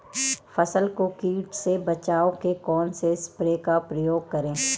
फसल को कीट से बचाव के कौनसे स्प्रे का प्रयोग करें?